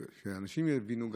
כדי שאנשים יבינו,